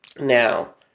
Now